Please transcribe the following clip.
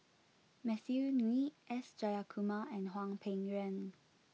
Matthew Ngui S Jayakumar and Hwang Peng Yuan